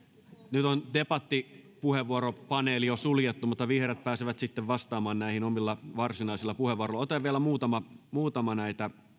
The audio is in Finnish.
nyt on debattipuheenvuoropaneeli jo suljettu mutta vihreät pääsevät sitten vastaamaan näihin omilla varsinaisilla puheenvuoroillaan otetaan vielä muutama muutama näitä